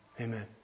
Amen